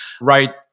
right